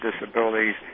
disabilities